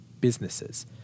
businesses